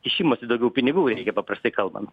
kišimosi daugiau pinigų reikia paprastai kalbant